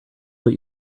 that